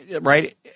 right